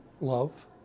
love